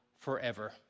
forever